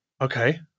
okay